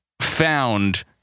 found